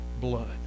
blood